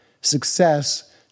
success